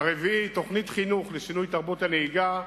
הרביעי, תוכנית חינוך לשינוי תרבות הנהיגה,